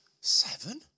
Seven